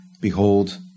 Behold